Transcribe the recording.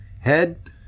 head